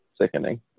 sickening